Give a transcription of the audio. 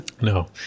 no